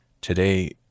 today